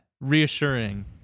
reassuring